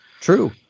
True